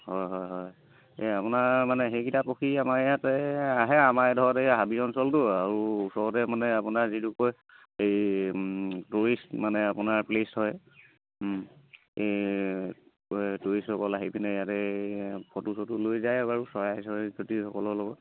হয় হয় হয় এই আপোনাৰ মানে সেইকেইটা পক্ষী আমাৰ ইয়াতে আহে আমাৰ এইডোখৰত হাবি অঞ্চলতো আৰু ওচৰতে মানে আপোনাৰ যিটোক কয় এই টুৰিষ্ট মানে আপোনাৰ প্লেচ হয় এই টুৰিষ্টসকল আহি পিনে ইয়াতে এই ফটো চটো লৈ যায় বাৰু চৰাই চিৰিকটিসকলৰ লগত